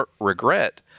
regret